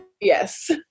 Yes